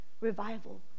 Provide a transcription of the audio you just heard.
revival